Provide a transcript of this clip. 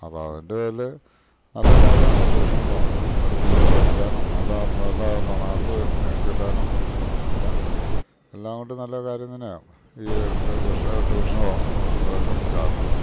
അപ്പം അതിൻ്റെ പേരിൽ നല്ല കാര്യമാണ് ഈ ട്യൂഷന് പോകണത് പഠിപ്പിക്കുക പഠിക്കാനും നല്ല നല്ല മാർക്ക് കിട്ടാനും എല്ലാ എല്ലാം കൊണ്ടും നല്ല കാര്യം തന്നെ ആണ് ഈ ട്യൂഷ ട്യൂഷന് പോകാനുള്ള കാരണം